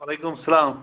وعلیکُم سَلام